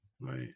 right